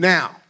Now